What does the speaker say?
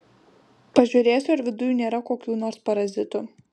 pažiūrėsiu ar viduj nėra kokių nors parazitų